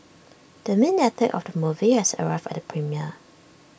the main actor of the movie has arrived at the premiere